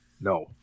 no